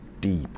deep